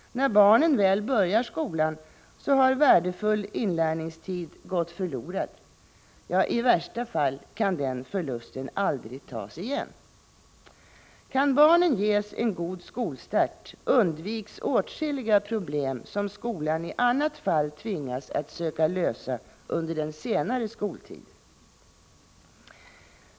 När barnen väl börjar skolan har värdefull inlärningstid gått förlorad. I värsta fall kan den förlusten aldrig tas igen. Kan barnen ges en god skolstart, undviks åtskilliga problem som skolan i annat fall tvingas att söka lösa under den senare skoltiden.